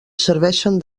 serveixen